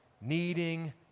needing